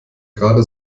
gerade